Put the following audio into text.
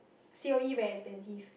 C_O_E very expensive